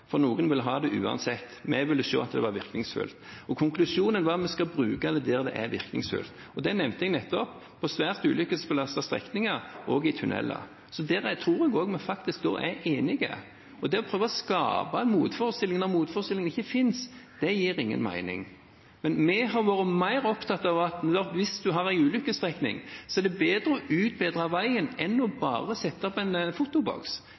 virkningsfullt – og det nevnte jeg nettopp – på svært ulykkesbelastede strekninger og i tunneler. Så her tror jeg vi er enige. Det å prøve å skape en motforestilling når motforestillingen ikke finnes, gir ingen mening. Vi har vært mer opptatt av at hvis en har en ulykkestrekning, er det bedre å utbedre veien enn bare å sette opp en fotoboks.